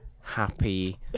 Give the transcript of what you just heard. happy